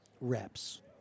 reps